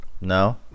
No